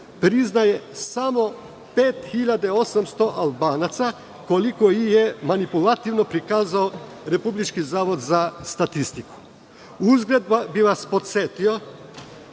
priznaje samo 5.800 Albanaca, koliko ih je manipulativno prikazao Republički zavod za statistiku. Uzgred bih vas podsetio